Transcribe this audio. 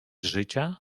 życia